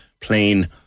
plain